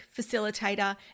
Facilitator